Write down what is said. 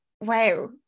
wow